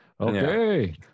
Okay